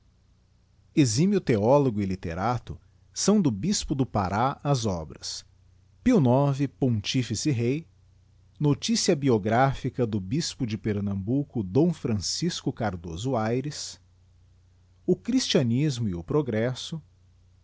eximio theologo e literato são do bispo do pará as obras pio ix pontificerei noticia biographica do bispo de pernambuco d francisco cardoso ayres o christianismo e o progresso